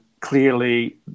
clearly